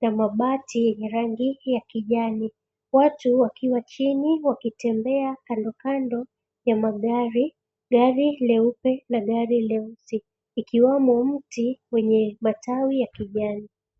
na mabati yenye rangi ya kijani. Watu wakiwa chini wakitembea kandokando ya magari, gari leupe na gari leusi, ikiwamo mti kwenye matawi ya kijani.